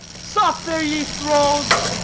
soft there, ye thralls!